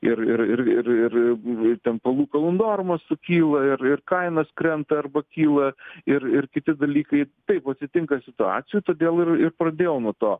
ir ir ir ir ir ten palūkanų normos sukyla ir ir kainos krenta arba kyla ir ir kiti dalykai taip atsitinka situacijų todėl ir ir pradėjau nuo to